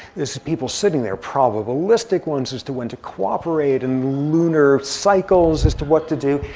this is people sitting there, probabilistic ones as to when to cooperate, and lunar cycles as to what to do.